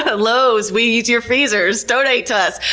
but lowes, we use your freezers, donate to us!